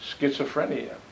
schizophrenia